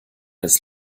das